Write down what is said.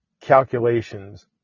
calculations